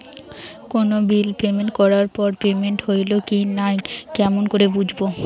কোনো bill payment করার পর পেমেন্ট হইল কি নাই কেমন করি বুঝবো?